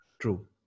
True